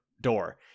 door